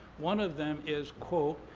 one of them is, quote,